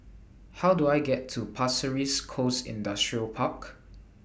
How Do I get to Pasir Ris Coast Industrial Park